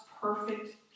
perfect